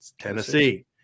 Tennessee